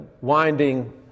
winding